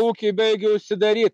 ūkiai baigia užsidaryt